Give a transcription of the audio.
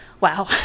Wow